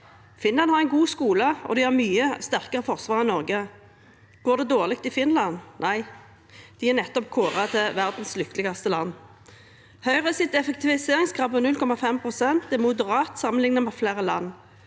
Finland har en god skole, og de har mye sterkere forsvar enn Norge. Går det dårlig i Finland? Nei, de er nettopp kåret til verdens lykkeligste land. Høyres effektiviseringskrav på 0,5 pst. er moderat sammenlignet med flere andre